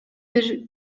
бир